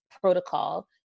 protocol